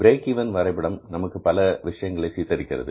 break even வரைபடம் நமக்கு பல விஷயங்களை சித்தரிக்கிறது